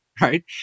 right